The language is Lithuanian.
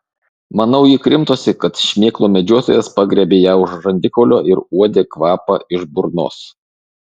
manau ji krimtosi kad šmėklų medžiotojas pagriebė ją už žandikaulio ir uodė kvapą iš burnos